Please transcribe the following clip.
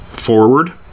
forward